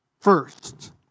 first